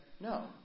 no